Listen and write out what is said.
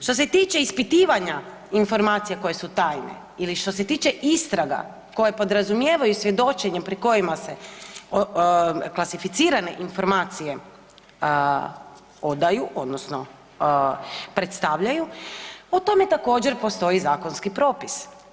Što se tiče ispitivanja informacija koje su tajne ili što se tiče istraga koje podrazumijevaju svjedočenje pri kojima se klasificirane informacije odaju odnosno predstavljaju o tome također postoji zakonski propis.